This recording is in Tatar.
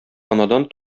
анадан